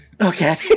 Okay